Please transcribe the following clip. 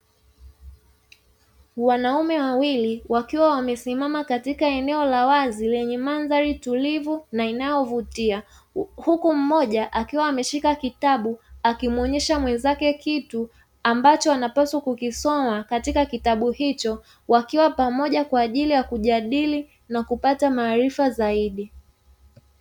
Wanaume wawili wakiwa wamesimama katika eneo la wazi lenye mandhari tulivu na inayovutia, huku mmoja akiwa ameshika kitabu akimuonyesha mwenzake kitu ambacho anapaswa kukisoma katika kitabu hicho, wakiwa pamoja kwa ajili ya kujadili na kupata maarifa zaidi.